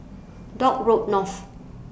Dock Road North